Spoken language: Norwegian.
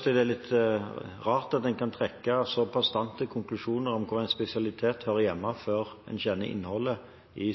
jeg det er litt rart at en kan trekke så bastante konklusjoner om hvor en spesialitet hører hjemme, før en kjenner innholdet i